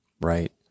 Right